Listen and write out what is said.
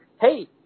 hey